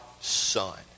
son